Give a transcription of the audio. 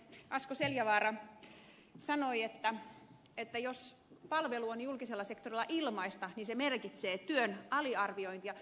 asko seljavaara sanoi että jos palvelu on julkisella sektorilla ilmaista niin se merkitsee työn aliarviointia